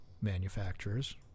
manufacturers